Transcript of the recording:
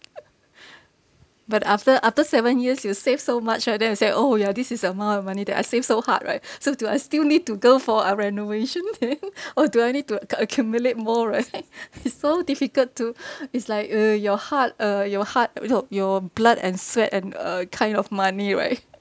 but after after seven years you saved so much and then you say oh ya this is the amount of money that I saved so hard right so do I still need to go for a renovation then or do I need to accumulate more right it's so difficult to it's like uh your heart uh your heart eh no your blood and sweat and uh kind of money right